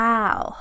Wow